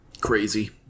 Crazy